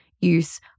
use